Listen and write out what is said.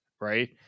right